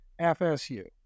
FSU